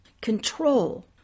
control